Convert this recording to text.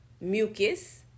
mucus